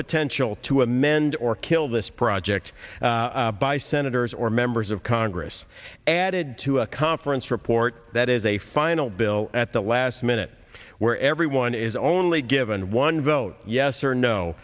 potential to amend or kill this project by senators or members of congress added to a conference report that is a final bill at the last minute where everyone is only given one vote yes or no